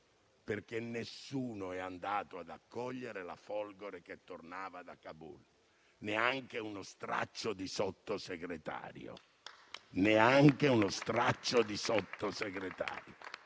perché nessuno è andato ad accogliere la Folgore che tornava da Kabul, neanche uno straccio di Sottosegretario. Ripeto, neanche uno straccio di Sottosegretario.